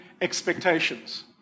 expectations